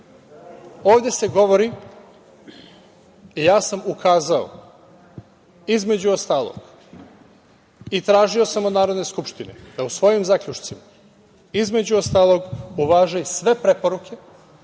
ovde se govori, ukazao sam, između ostalog, i tražio sam od Narodne skupštine, da u svojim zaključcima između ostalog, uvaži sve preporuke,